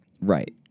Right